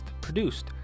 produced